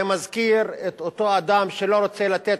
זה מזכיר את אותו אדם שלא רוצה לתת,